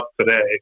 today